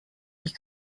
die